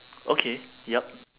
okay yup